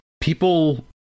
people